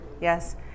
Yes